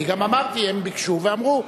אני גם אמרתי: הם ביקשו ואמרו.